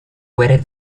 waited